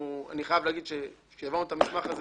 ואומר שזאת הערכה שמרנית ואני חייב להגיד שכאשר העברנו את המסמך הזה